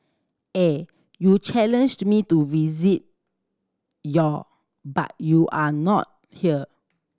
eh you challenged me to visit your but you are not here